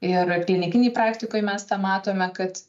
ir klinikinėj praktikoj mes tą matome kad